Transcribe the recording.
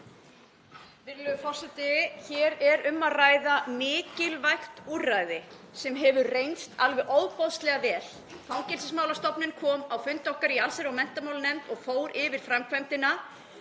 Virðulegur forseti. Hér er um að ræða mikilvægt úrræði sem hefur reynst alveg ofboðslega vel. Fangelsismálastofnun kom á fund okkar í allsherjar- og menntamálanefnd og fór yfir framkvæmdina